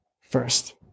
first